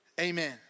amen